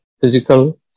physical